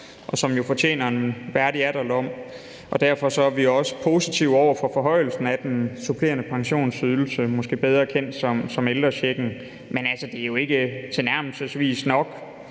og som fortjener en værdig alderdom. Derfor er vi også positive over for forhøjelsen af den supplerende pensionsydelse, måske bedre kendt som ældrechecken. Men det er jo ikke tilnærmelsesvis nok.